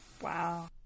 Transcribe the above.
Wow